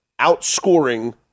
outscoring